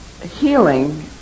healing